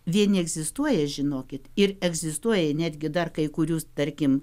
vieni egzistuoja žinokit ir egzistuoja netgi dar kai kurių tarkim